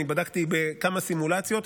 אני בדקתי בכמה סימולציות.